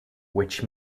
which